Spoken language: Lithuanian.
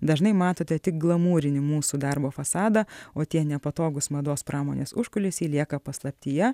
dažnai matote tik glamūrinį mūsų darbo fasadą o tie nepatogūs mados pramonės užkulisiai lieka paslaptyje